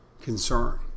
concern